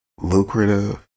lucrative